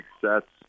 success